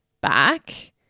back